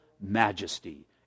majesty